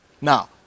Now